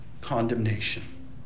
condemnation